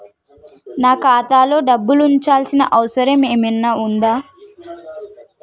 నాకు ఖాతాలో డబ్బులు ఉంచాల్సిన అవసరం ఏమన్నా ఉందా?